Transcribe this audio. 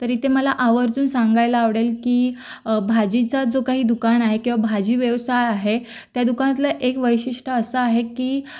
तर इथे मला आवर्जून सांगायला आवडेल की भाजीचा जो काही दुकान आहे किंवा भाजी व्यवसाय आहे त्या दुकानातलं एक वैशिष्ट्य असं आहे की